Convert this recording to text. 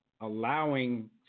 allowing